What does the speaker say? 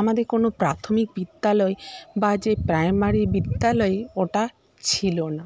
আমাদের কোনো প্রাথমিক বিদ্যালয় বা যে প্রাইমারি বিদ্যালয় ওটা ছিলো না